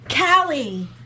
Callie